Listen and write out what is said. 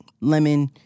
lemon